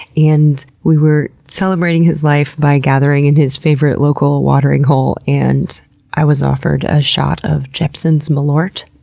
and we were celebrating his life by gathering in his favorite local watering hole, and i was offered a shot of jeppson's malort,